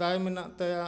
ᱫᱟᱭ ᱢᱮᱱᱟᱜ ᱛᱟᱭᱟ